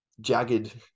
jagged